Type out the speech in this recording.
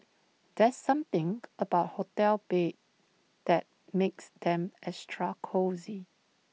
there's something about hotel beds that makes them extra cosy